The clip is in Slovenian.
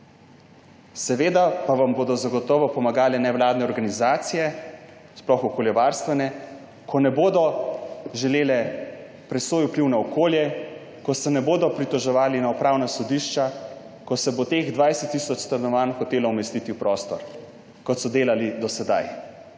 Seveda vam bodo pa zagotovo pomagale nevladne organizacije, sploh okoljevarstvene, ko ne bodo želele presoje vpliva na okolje, ko se ne bodo pritoževale na upravna sodišča, ko se bo teh 20 tisoč stanovanj hotelo umestiti v prostor, kot so to delale do sedaj